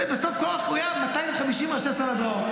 ובסוף קרח היה עם 250 ראשי סנהדריות.